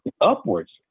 upwards